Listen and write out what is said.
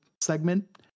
segment